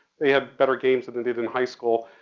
they had better games than they did in high school,